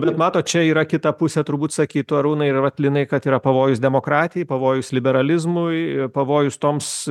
bet matot čia yra kita pusė turbūt sakytų arūnai ir vat linai kad yra pavojus demokratijai pavojus liberalizmui pavojus toms